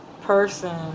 person